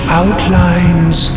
outlines